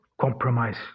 compromise